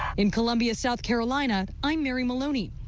in columbia south carolina, i'm mary moloney.